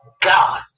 God